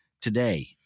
Today